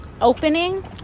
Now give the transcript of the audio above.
opening